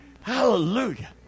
Hallelujah